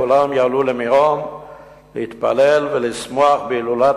כולם יעלו למירון להתפלל ולשמוח בהילולת